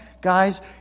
guys